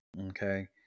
okay